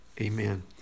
amen